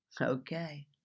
Okay